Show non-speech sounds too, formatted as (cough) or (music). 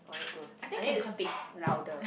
oh I need to (noise) I need to speak louder